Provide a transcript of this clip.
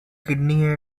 kidney